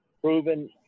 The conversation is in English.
proven